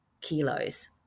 kilos